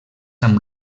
amb